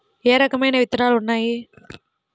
ఏ రకమైన విత్తనాలు ఉన్నాయి?